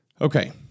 Okay